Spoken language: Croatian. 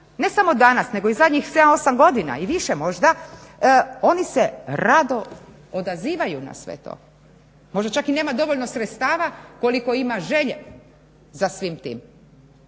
ne samo danas nego i zadnjih 7. i 8. godina i više možda, oni se rado odazivaju na sve to, možda čak i nemaju dovoljno sredstava koliko ima želje za svim tim.